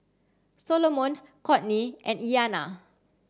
Solomon Kourtney and Iyanna